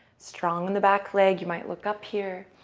strong in the back leg, you might look up here.